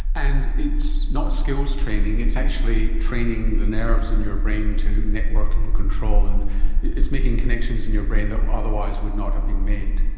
and it's not skills training, it's actually training the nerves in your brain to network and control, and it's making connections in your brain that otherwise would not have been made.